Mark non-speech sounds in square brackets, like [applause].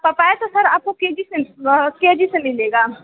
papaya तो sir आपको K G से [unintelligible] के जी से मिलेगा